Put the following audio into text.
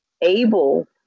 able